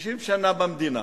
60 שנה במדינה,